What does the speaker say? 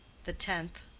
the tenth.